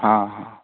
हाँ हाँ